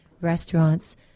restaurants